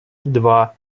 два